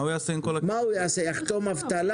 מה הוא יעשה, יחתום אבטלה?